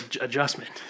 adjustment